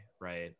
right